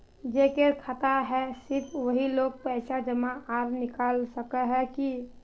जेकर खाता है सिर्फ वही लोग पैसा जमा आर निकाल सके है की?